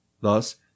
Thus